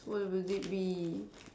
what would it be